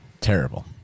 Terrible